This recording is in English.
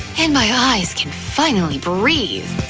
and my eyes can finally breathe!